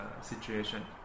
situation